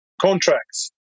contracts